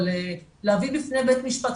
אבל להביא בפני בית משפט,